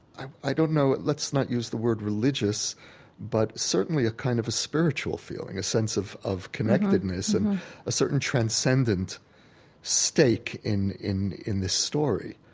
i don't know, let's not use the word religious but certainly a kind of a spiritual feeling, a sense of of connectedness, and a certain transcendent stake in in this story.